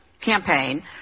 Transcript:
campaign